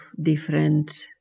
different